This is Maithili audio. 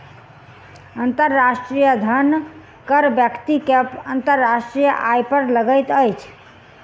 अंतर्राष्ट्रीय धन कर व्यक्ति के अंतर्राष्ट्रीय आय पर लगैत अछि